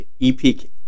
EPK